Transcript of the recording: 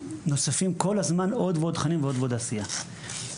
נוספים כל הזמן עוד ועוד תכנים ועוד ועוד עשייה והדברים